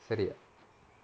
சரி:sari